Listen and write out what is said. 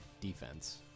defense